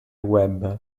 web